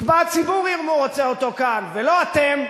יקבע הציבור אם הוא רוצה אותו כאן, ולא אתם.